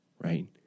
right